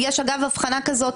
יש הבחנה כזאת,